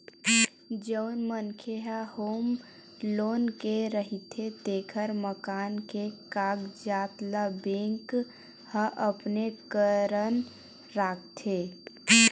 जउन मनखे ह होम लोन ले रहिथे तेखर मकान के कागजात ल बेंक ह अपने करन राखथे